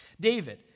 David